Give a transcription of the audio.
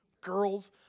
Girls